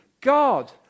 God